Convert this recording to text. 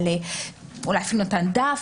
אולי אפילו נתן דף.